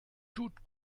tut